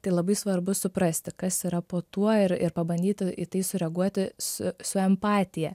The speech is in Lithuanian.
tai labai svarbu suprasti kas yra po tuo ir ir pabandyti į tai sureaguoti su su empatija